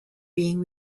being